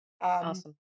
Awesome